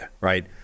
right